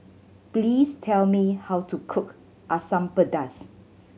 please tell me how to cook Asam Pedas